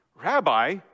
Rabbi